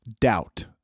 doubt